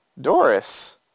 Doris